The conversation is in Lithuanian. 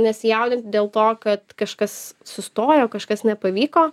nesijaudinti dėl to kad kažkas sustojo kažkas nepavyko